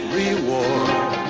reward